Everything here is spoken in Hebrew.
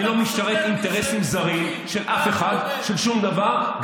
אני לא משרת אינטרסים זרים של אף אחד, של שום דבר.